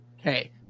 okay